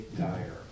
Dyer